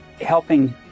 helping